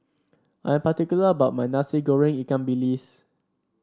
I am particular about my Nasi Goreng Ikan Bilis